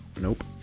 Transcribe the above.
Nope